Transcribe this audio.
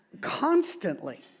constantly